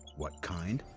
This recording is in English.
what kind,